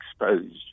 exposed